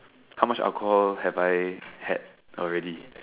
how much alcohol have I had already